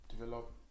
develop